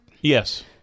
Yes